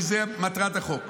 כי זאת מטרת החוק.